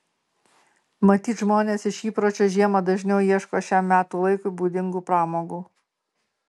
matyt žmonės iš įpročio žiemą dažniau ieško šiam metų laikui būdingų pramogų